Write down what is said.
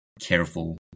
careful